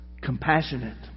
Compassionate